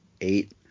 eight